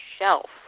shelf